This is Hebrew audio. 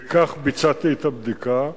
וכך ביצעתי את הבדיקה,